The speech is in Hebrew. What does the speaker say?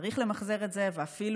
צריך למחזר את זה, ואפילו